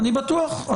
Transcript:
אני בטוח.